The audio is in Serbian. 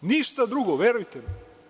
ništa drugo, verujte mi.